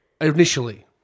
initially